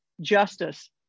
justice